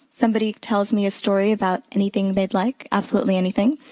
somebody tells me a story about anything they'd like, absolutely anything.